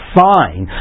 fine